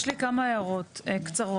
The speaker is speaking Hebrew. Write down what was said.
יש לי כמה הערות קצרות.